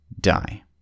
die